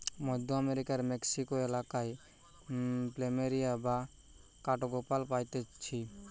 মধ্য আমেরিকার মেক্সিকো এলাকায় প্ল্যামেরিয়া বা কাঠগোলাপ পাইতিছে